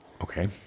Okay